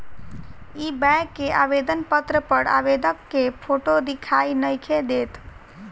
इ बैक के आवेदन पत्र पर आवेदक के फोटो दिखाई नइखे देत